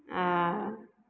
आ